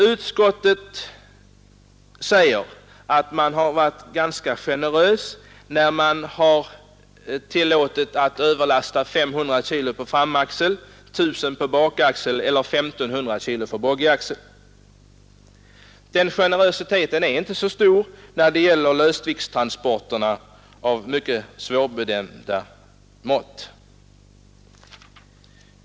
Utskottet anser att man varit ganska generös, när utskottet har tillåtit en övervikt på 500 kg på framaxeln och 1 000 kg på bakaxeln eller 1 500 kg på boggiaxeln. Men den generositeten är inte så stor när det gäller lösvikttransporter av mycket svårbestämda produkter.